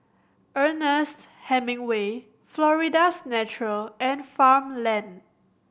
Ernest Hemingway Florida's Natural and Farmland